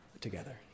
together